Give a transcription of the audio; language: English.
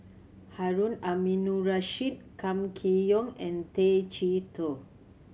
Harun Aminurrashid Kam Kee Yong and Tay Chee Toh